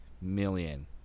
million